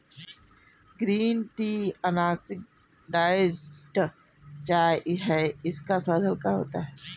green tea unoxidised चाय है इसका स्वाद हल्का होता है